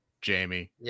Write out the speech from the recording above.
Jamie